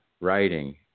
writing